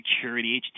security